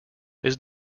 his